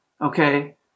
Okay